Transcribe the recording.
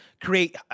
create